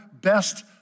best